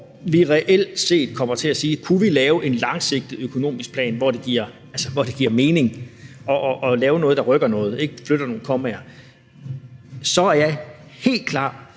vi reelt set kommer til at se på, om vi kunne lave en langsigtet økonomisk plan, hvor det giver mening, og hvor vi laver noget, der rykker noget, altså flytter nogle kommaer, så er jeg helt klar